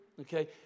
okay